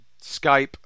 Skype